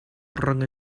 rhwng